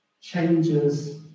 changes